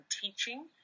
teaching